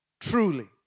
truly